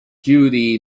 judy